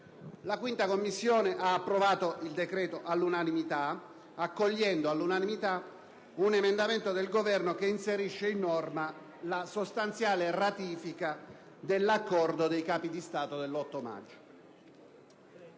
La 5a Commissione ha approvato il decreto all'unanimità, accogliendo del pari all'unanimità un emendamento del Governo che inserisce in norma la sostanziale ratifica dell'Accordo dell'8 maggio